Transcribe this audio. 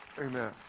amen